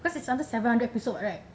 because it's under seven hundred episode right